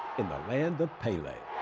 in the land of pele.